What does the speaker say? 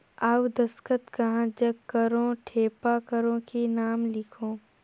अउ दस्खत कहा जग करो ठेपा करो कि नाम लिखो?